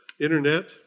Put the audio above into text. internet